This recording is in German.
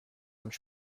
einem